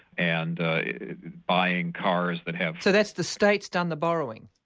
and buying cars that have. so that's the states done the borrowing?